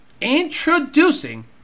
Introducing